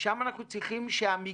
שם אנחנו צריכים שהמיגון